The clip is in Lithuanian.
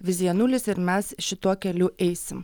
viziją nulis ir mes šituo keliu eisim